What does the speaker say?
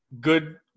good